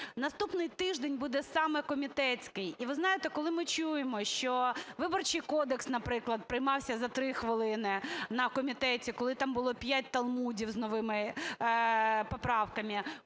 наступний тиждень буде саме комітетський. І ви знаєте, коли ми чуємо, що Виборчий кодекс, наприклад, приймався за 3 хвилини на комітеті, коли там було 5 талмудів з новими поправками,